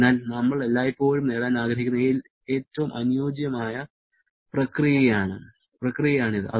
അതിനാൽ നമ്മൾ എല്ലായ്പ്പോഴും നേടാൻ ആഗ്രഹിക്കുന്ന ഏറ്റവും അനുയോജ്യമായ പ്രക്രിയയാണിത്